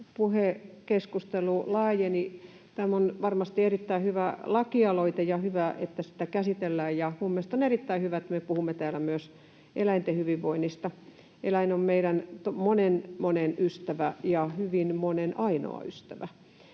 Täällä puhe, keskustelu, laajeni. Tämä on varmasti erittäin hyvä lakialoite, ja hyvä, että sitä käsitellään, ja minun mielestäni on erittäin hyvä, että me puhumme täällä myös eläinten hyvinvoinnista. Eläin on meidän monen, monen ystävä ja hyvin monen ainoa ystävä.